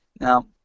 Now